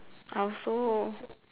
I also